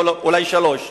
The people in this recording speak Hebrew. ואולי שלוש?